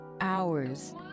hours